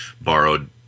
borrowed